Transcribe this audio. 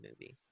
movie